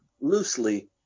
loosely